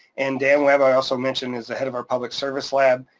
and dan webb, i also mentioned is the head of our public service lab,